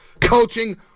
coaching